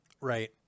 Right